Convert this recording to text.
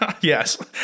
Yes